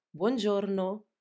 buongiorno